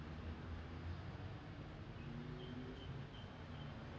then at the beginning part right x-men still haven't come then he was like